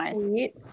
sweet